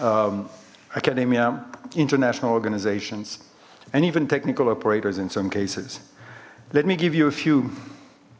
academia international organizations and even technical operators in some cases let me give you a few